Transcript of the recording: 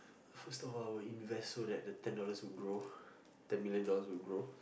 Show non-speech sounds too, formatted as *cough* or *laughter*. first of all I would invest so that the ten dollars would grow *breath* ten million dollars would grow